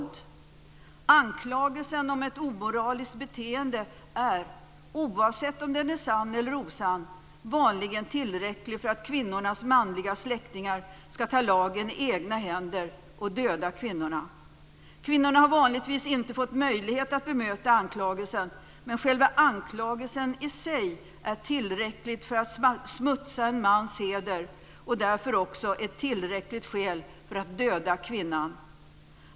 En anklagelse om ett omoraliskt beteende är, oavsett om den är sann eller osann, vanligen tillräcklig för att en kvinnas manliga släktingar ska ta lagen i egna händer och döda henne. Kvinnorna får vanligtvis inte möjlighet att bemöta anklagelserna. Själva anklagelsen i sig är tillräcklig för att smutsa en mans heder och utgör därför ett tillräckligt skäl för att döda kvinnan.